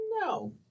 no